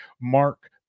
Mark